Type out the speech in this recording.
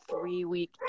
three-week